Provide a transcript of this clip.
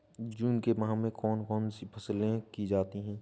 जून के माह में कौन कौन सी फसलें की जाती हैं?